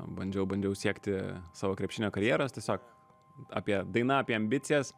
bandžiau bandžiau siekti savo krepšinio karjeros tiesiog apie daina apie ambicijas